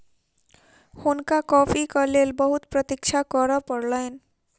हुनका कॉफ़ीक लेल बहुत प्रतीक्षा करअ पड़लैन